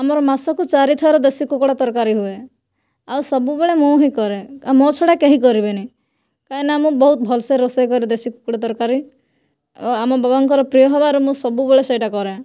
ଆମର ମାସକୁ ଚାରି ଥର ଦେଶୀ କୁକୁଡ଼ା ତରକାରୀ ହୁଏ ଆଉ ସବୁବେଳେ ମୁଁ ହିଁ କରେ ଆଉ ମୋ' ଛଡ଼ା କେହି କରିବେ ନାହିଁ କାହିଁକିନା ମୁଁ ବହୁତ ଭଲ୍ସେ ରୋଷେଇ କରେ ଦେଶୀ କୁକୁଡ଼ା ତରକାରୀ ଆଉ ଆମ ବାବାଙ୍କର ପ୍ରିୟ ହେବାରୁ ମୁଁ ସବୁବେଳେ ସେଇଟା କରେ